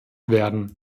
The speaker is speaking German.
werden